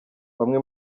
bamwe